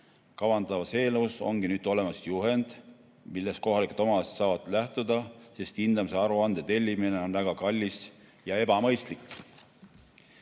Kavandatavas eelnõus ongi nüüd olemas juhend, millest kohalikud omavalitsused saavad lähtuda, sest hindamise aruande tellimine on väga kallis ja ebamõistlik.